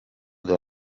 del